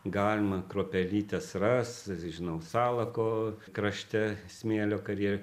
galima kruopelytes ras žinau salako krašte smėlio karjere